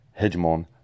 hegemon